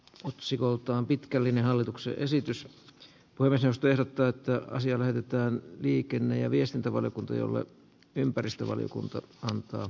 lisäksi kooltaan pitkällinen hallituksen esitys olisi tehnyt täyttää asia lähetetään liikenne ja viestintävaliokunta jolla ympäristövaliokunta lakiesitystä